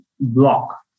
block